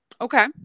Okay